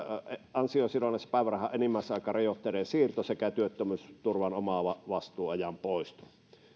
ansiosidonnaisen päivärahan enimmäisaikarajoitteiden siirto sekä työttömyysturvan omavastuuajan poisto